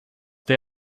they